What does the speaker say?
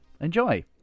Enjoy